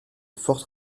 forte